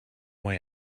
way